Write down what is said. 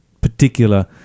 particular